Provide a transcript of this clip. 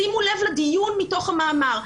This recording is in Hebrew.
שימו לב לדיון מתוך המאמר.